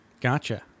Gotcha